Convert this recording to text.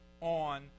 on